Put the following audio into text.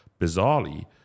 bizarrely